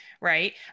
right